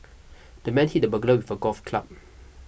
the man hit the burglar with a golf club